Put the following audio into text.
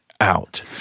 out